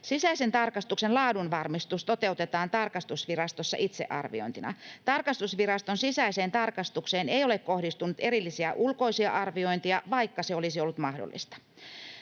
Sisäisen tarkastuksen laadunvarmistus toteutetaan tarkastusvirastossa itsearviointina. Tarkastusviraston sisäiseen tarkastukseen ei ole kohdistunut erillisiä ulkoisia arviointeja, vaikka se olisi ollut mahdollista.